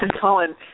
Colin